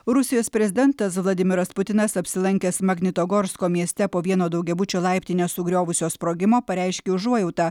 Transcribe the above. rusijos prezidentas vladimiras putinas apsilankęs magnitogorsko mieste po vieno daugiabučio laiptinę sugriovusio sprogimo pareiškė užuojautą